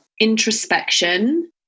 Introspection